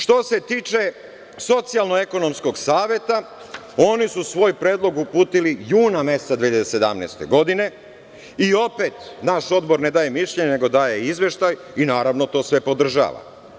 Što se tiče Socijalno-ekonomskog saveta, oni svoj predlog uputili juna meseca 2017. godine i opet naš Odbor ne daje mišljenje, nego daje izveštaj, i naravno to sve podržava.